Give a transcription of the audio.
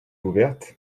ouverte